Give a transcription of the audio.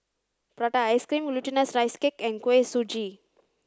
Prata Ice cream Glutinous Rice Cake and Kuih Suji